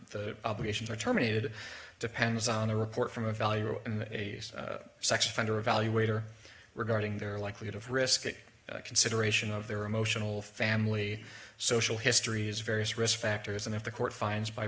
the obligations are terminated depends on a report from a value in a sex offender evaluator regarding their likelihood of risky consideration of their emotional family social histories various risk factors and if the court finds by